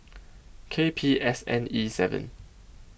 K P S N E seven